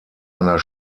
einer